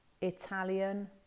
Italian